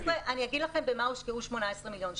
אני אגיד לכם במה הושקעו 18 מיליון שקלים.